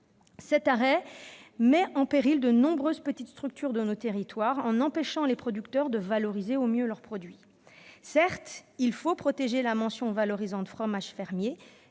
Cet arrêt met en péril de nombreuses petites structures de nos territoires en empêchant les producteurs de valoriser au mieux leurs produits. Certes, il faut protéger la mention valorisante « fromage fermier »-